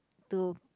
to